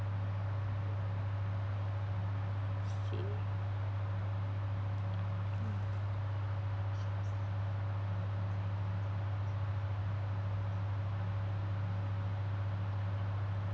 say